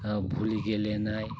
भलि गेलेनाय